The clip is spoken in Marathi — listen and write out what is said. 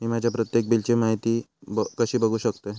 मी माझ्या प्रत्येक बिलची माहिती कशी बघू शकतय?